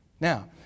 Now